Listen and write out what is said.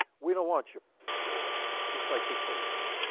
we don't want your war just like they told you,